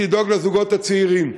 לדאוג לזוגות הצעירים.